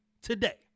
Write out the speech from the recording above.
today